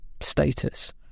status